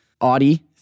Audi